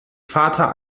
vater